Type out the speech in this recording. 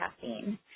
caffeine